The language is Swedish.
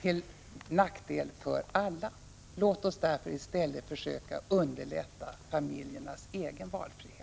till nackdel för alla. Låt oss därför i stället försöka underlätta familjernas egen valfrihet.